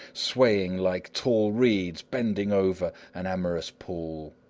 swaying like tall reeds bending over an amorous pool.